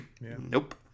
Nope